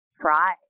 try